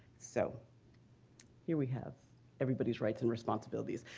so here we have everybody's rights and responsibilities.